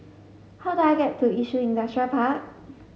how do I get to Yishun Industrial Park